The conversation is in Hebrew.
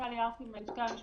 אני טלי ארפי מהלשכה המשפטית.